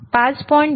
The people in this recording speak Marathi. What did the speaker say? दुसऱ्याचे काय